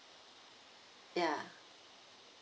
ya